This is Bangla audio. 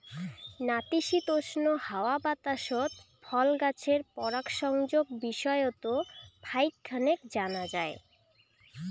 নাতিশীতোষ্ণ হাওয়া বাতাসত ফল গছের পরাগসংযোগ বিষয়ত ফাইক খানেক জানা যায়